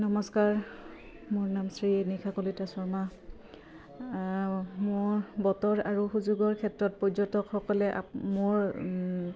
নমস্কাৰ মোৰ নাম শ্ৰী নিশা কলিতা শৰ্মা মোৰ বতৰ আৰু সুযোগৰ ক্ষেত্ৰত পৰ্যটকসকলে আ মোৰ